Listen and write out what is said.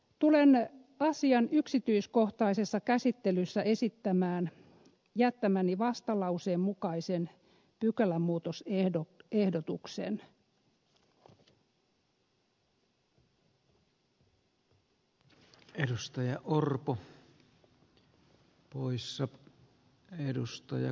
tulen asian yksityiskohtaisessa käsittelyssä esittämään jättämäni vastalauseen mukaisen pykälämuutosehdotuksen